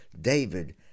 David